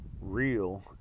real